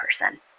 person